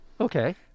Okay